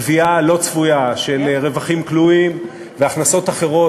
הגבייה הלא-צפויה של רווחים כלואים והכנסות אחרות,